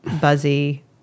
buzzy